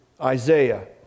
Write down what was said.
isaiah